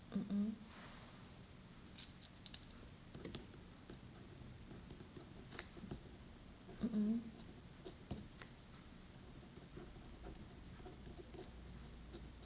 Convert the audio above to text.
mm mm mm mm